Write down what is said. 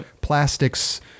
Plastics